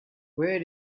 where